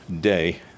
day